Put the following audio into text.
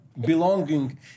Belonging